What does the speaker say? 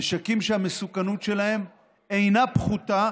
נשקים שהמסוכנות שלהם אינה פחותה